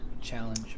challenge